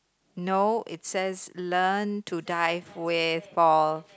no it says learn to dive wave fall